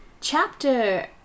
chapter